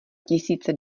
tisíce